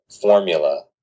formula